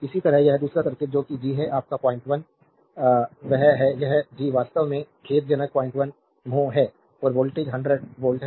इसी तरह वह दूसरा सर्किट जो कि G है आपका 01 that है यह G वास्तव में खेदजनक 01 mho है और वोल्टेज 100 वोल्ट है